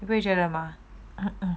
bridge 来的吗